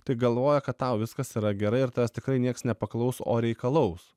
tai galvoja kad tau viskas yra gerai ir tavęs tikrai nieks nepaklaus o reikalaus